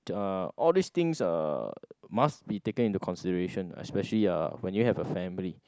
uh all these things uh must be taken into consideration especially uh when you have a family